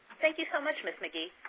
thank you so much ms. mcgee.